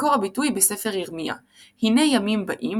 מקור הביטוי בספר ירמיה "הנה ימים באים